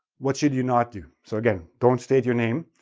what should you not do? so again, don't state your name.